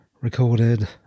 recorded